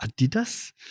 Adidas